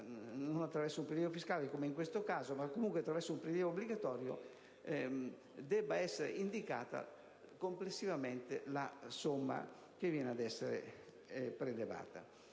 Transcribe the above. non attraverso un prelievo fiscale come in questo caso, ma comunque attraverso un prelievo obbligatorio, debba essere indicata complessivamente la somma che viene ad essere prelevata.